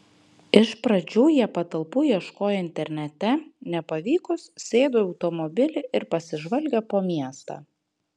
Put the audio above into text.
iš pradžių jie patalpų ieškojo internete nepavykus sėdo į automobilį ir pasižvalgė po miestą